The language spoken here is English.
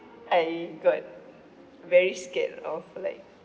I got very scared of like